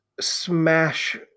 smash